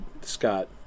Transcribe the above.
Scott